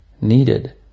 needed